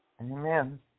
Amen